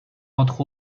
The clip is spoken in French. entre